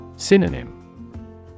Synonym